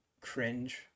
cringe